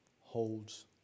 holds